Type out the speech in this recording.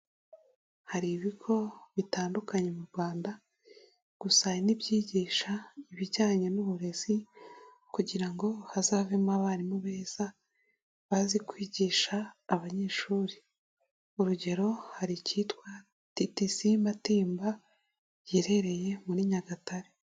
Hari ibigo bitandukanye mu Rwanda gusa hari n'ibyigisha ibijyanye n'uburezi kugira ngo hazavemo abarimu beza bazi kwigisha abanyeshuri, urugero hari icyitwa TTC Matimba giherereye muri Nyagatare.